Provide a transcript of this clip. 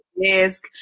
desk